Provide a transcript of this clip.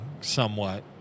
somewhat